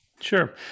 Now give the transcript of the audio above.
Sure